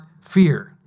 fear